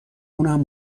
اونم